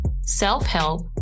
self-help